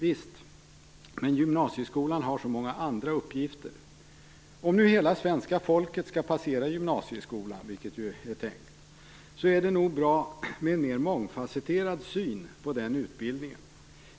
Visst är det så, men gymnasieskolan har så många andra uppgifter. Om nu hela svenska folket skall passera gymnasieskolan, vilket ju är tänkt, är det nog bra med en mer mångfacetterad syn på den utbildningen.